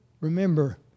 remember